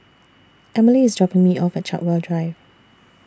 Emilie IS dropping Me off At Chartwell Drive